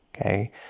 Okay